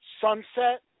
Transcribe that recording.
sunset